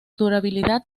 durabilidad